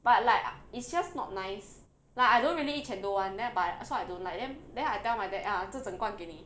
but like it's just not nice like I don't really eat chendol [one] then but so I don't like then then I tell my dad ah 这整罐给你